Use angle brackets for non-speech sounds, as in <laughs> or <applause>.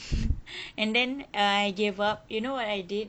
<laughs> and then err I gave up you know what I did